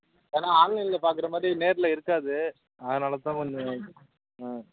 ஏன்னா ஆன்லைனில் பார்க்குற மாதிரி நேரில் இருக்காது அதனால் தான் கொஞ்சம் ஆ